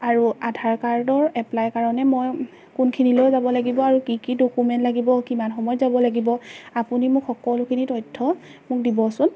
আৰু আধাৰ কাৰ্ডৰ এপ্লাই কাৰণে মই কোনখিনিলৈ যাব লাগিব আৰু কি কি ডকুমেণ্ট লাগিব কিমান সময়ত যাব লাগিব আপুনি মোক সকলোখিনি তথ্য মোক দিবচোন